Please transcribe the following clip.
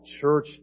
church